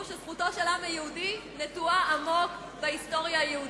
שזכותו של העם היהודי נטועה עמוק בהיסטוריה היהודית.